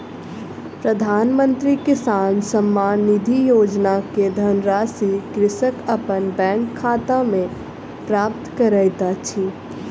प्रधानमंत्री किसान सम्मान निधि योजना के धनराशि कृषक अपन बैंक खाता में प्राप्त करैत अछि